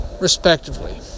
respectively